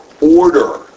order